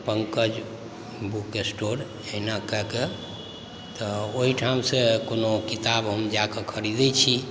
Pankaj book store एहिना कऽ कऽ तऽ ओहिठामसँ कोनो किताब हम जाकऽ खरीदै छी